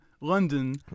London